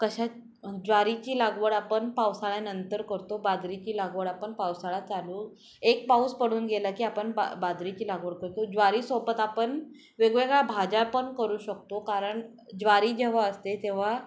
कशात ज्वारीची लागवड आपण पावसाळ्यानंतर करतो बाजरीची लागवड आपण पावसाळा चालू एक पाऊस पडून गेला की आपण बा बाजरीची लागवड करतो ज्वारीसोबत आपण वेगवेगळ्या भाज्या पण करू शकतो कारण ज्वारी जेव्हा असते तेव्हा